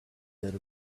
that